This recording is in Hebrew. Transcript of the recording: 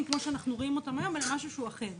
כמו שאנחנו רואים אותו היום אלא משהו אחר.